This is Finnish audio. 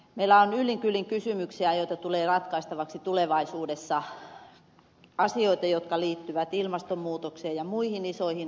meillä on yllin kyllin kysymyksiä joita tulee ratkaistavaksi tulevaisuudessa asioita jotka liittyvät ilmastonmuutokseen ja muihin isoihin asioihin